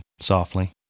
softly